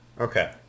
Okay